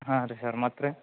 ಹಾಂ ರೀ ಸರ್ ಮತ್ತು ರೀ